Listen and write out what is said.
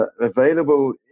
available